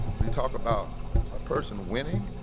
we talked about a person winning.